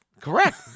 Correct